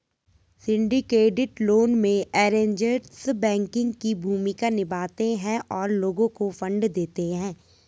syndicated loan में, arrangers banking की भूमिका निभाते हैं और लोगों को फंड देते हैं